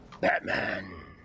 Batman